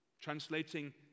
translating